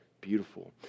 beautiful